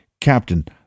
Captain